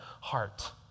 heart